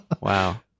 Wow